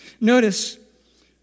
Notice